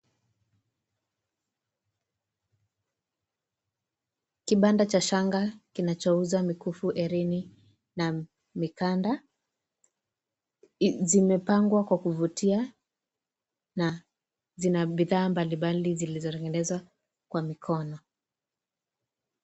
Kibanda cha shanga kinachouza mikufu ,erini na mikanda zimepangwa kwa kufutia na zina bidhaa mbalimbali zilizotengenezwa kwa mikono.